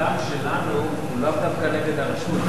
הזעם שלנו הוא לאו דווקא נגד הרשות,